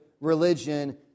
religion